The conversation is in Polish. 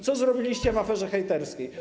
Co zrobiliście w aferze hejterskiej?